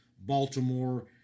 Baltimore